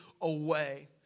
away